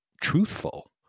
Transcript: truthful